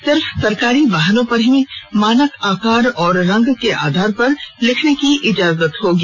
सिर्फ सरकारी वाहनों पर ही मानक आकार और रंग के आधार पर लिखने की इजाजत होगी